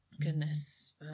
goodness